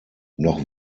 noch